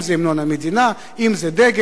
אם זה המנון המדינה, אם זה הדגל.